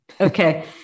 Okay